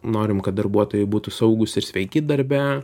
norim kad darbuotojai būtų saugūs ir sveiki darbe